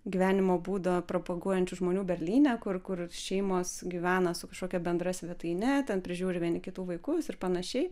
gyvenimo būdą propaguojančių žmonių berlyne kur kur šeimos gyvena su kažkokia bendra svetaine ten prižiūri vieni kitų vaikus ir panašiai